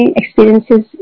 experiences